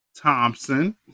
Thompson